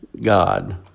God